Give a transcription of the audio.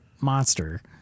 monster